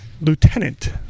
Lieutenant